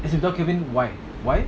it's a document why why